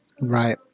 Right